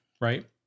right